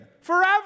forever